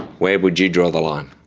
where would you draw the line?